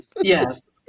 Yes